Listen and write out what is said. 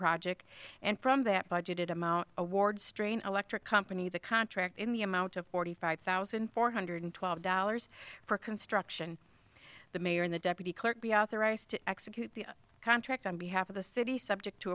project and from that budgeted amount award strain electric company the contract in the amount of forty five thousand four hundred twelve dollars for construction the mayor and the deputy clerk be authorized to execute a contract on behalf of the city subject to